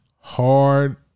hard